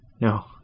No